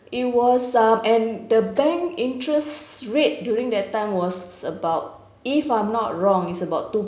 it was uh and the bank interest rate during that time was about if I'm not wrong is about two